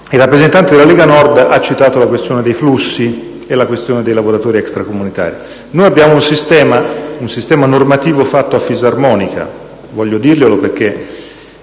Il rappresentante della Lega Nord ha citato la questione dei flussi e quella dei lavoratori extracomunitari. Noi abbiamo un sistema normativo fatto a fisarmonica: voglio dirlo, perché